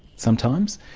sometimes,